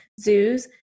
zoos